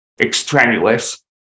extraneous